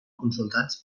consultats